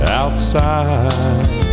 outside